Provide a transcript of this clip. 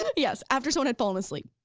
yeah yes, after someone had fallen asleep.